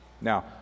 Now